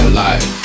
life